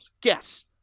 Guess